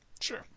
Sure